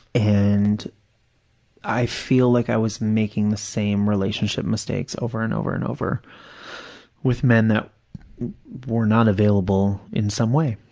and i feel like i was making the same relationship mistakes over and over and over with men that were not available in some way.